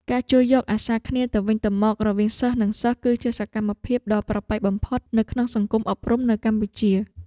ការជួយយកអាសាគ្នាទៅវិញទៅមករវាងសិស្សនិងសិស្ស គឺជាសកម្មភាពដ៏ប្រពៃបំផុតនៅក្នុងសង្គមអប់រំនៅកម្ពុជា។